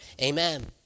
Amen